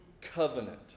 covenant